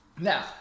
Now